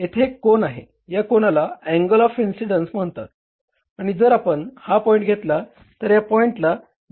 येथे एक कोन आहे या कोनाला अँगल ऑफ इन्सिडन्स म्हणतात आणि जर आपण हा पॉईंट घेतला तर या पॉईंटला ब्रेक इव्हन पॉईंट म्हणतात